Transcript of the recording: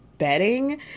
bedding